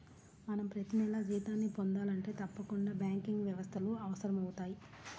మనం ప్రతినెలా జీతాన్ని పొందాలంటే తప్పకుండా బ్యాంకింగ్ వ్యవస్థలు అవసరమవుతయ్